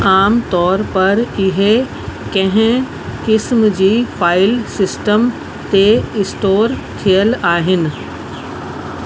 आमतौर पर इहे कंहिं क़िस्म जी फाइल सिस्टम ते स्टोर थियल आहिनि